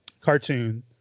cartoon